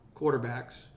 quarterbacks